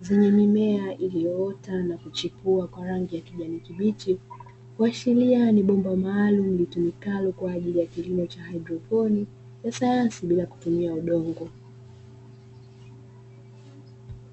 zenye mimea iliyoota na kuchipua kwa rangi ya kijani kibichi, kuashiria ni bomba maalumu litumikalo kwa ajili ya kilimo cha haidroponi cha sayansi bila kutumia udongo.